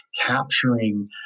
capturing